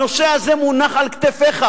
הנושא הזה מונח על כתפיך.